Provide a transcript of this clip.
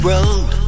road